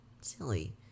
silly